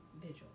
Vigil